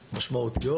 משמעותיות.